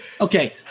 okay